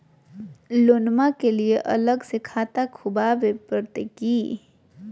लोनमा के लिए अलग से खाता खुवाबे प्रतय की?